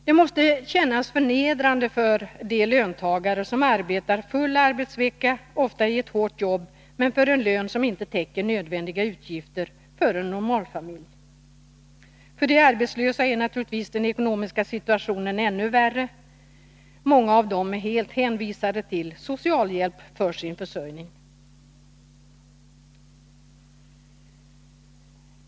Det måste kännas förnedrande för löntagare att arbeta full arbetsvecka, ofta i ett hårt jobb, men för en lön som inte täcker nödvändiga utgifter för en normalfamilj. För de arbetslösa är naturligtvis den ekonomiska situationen ännu värre. Många av dem är helt hänvisade till socialhjälp för sin försörjning.